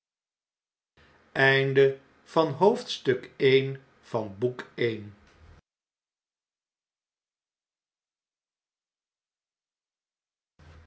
van het dierbare boek